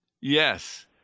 yes